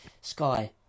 sky